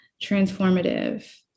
transformative